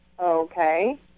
Okay